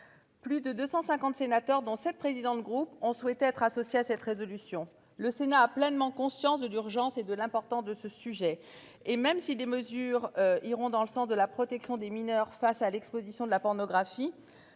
Plus de 250 sénateurs dont 7 présidents de groupe on souhaite être associés à cette résolution. Le Sénat a pleinement conscience de d'urgence et de l'important de ce sujet et même si des mesures iront dans le sens de la protection des mineurs face à l'Exposition de la pornographie